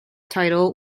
title